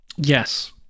Yes